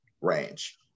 range